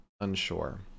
unsure